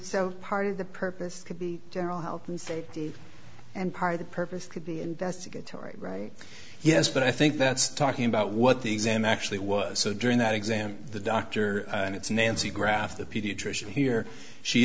so part of the purpose could be general health and safety and part of the purpose could be investigatory right yes but i think that's talking about what the exam actually was so during that exam the doctor and it's nancy graf the pediatrician here she